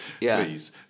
please